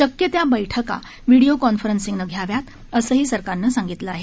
शक्य त्या बक्किा व्हीडिओ कॉन्फरन्सिंगने घ्याव्या असेही सरकारने सांगितले आहे